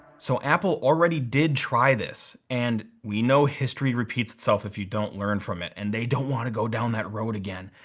so apple already did try this, and we know history repeats itself if you don't learn from it, and they don't wanna go down that road again.